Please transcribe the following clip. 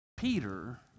Peter